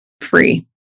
free